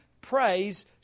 Praise